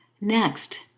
Next